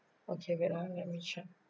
okay wait ah let me check